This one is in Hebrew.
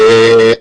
העבודה.